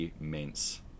immense